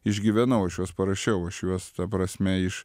išgyvenau aš juos parašiau aš juos ta prasme iš